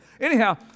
Anyhow